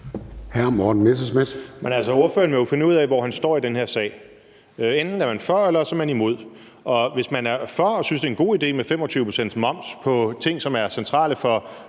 Morten Messerschmidt (DF): Ordføreren må jo finde ud af, hvor han står i den her sag. Enten er man for, eller også er man imod. Og hvis man er for og synes, det er en god idé med 25 pct.s moms på ting, som er centrale for